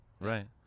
right